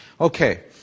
Okay